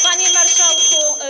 Panie Marszałku!